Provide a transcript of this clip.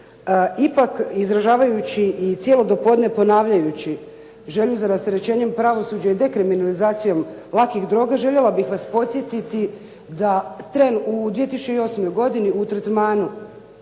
Ipak izražavajući i cijelo dopodne ponavljajući želju za rasterećenjem pravosuđa i dekriminalizacijom lakih droga, željela bih vas podsjetiti da trend u 2008. godini u tretmanu